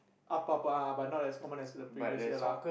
up up ah but not as common as the previous year lah